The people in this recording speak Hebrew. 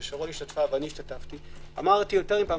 ששרון ואני השתתפנו אמרתי יותר מפעם